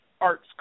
arts